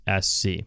SC